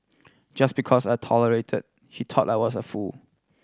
just because I tolerated he thought I was a fool